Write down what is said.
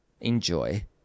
enjoy